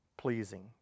pleasing